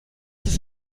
ist